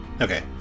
Okay